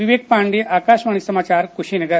विवेक पाण्डेय आकाशवाणी समाचार कुशीनगर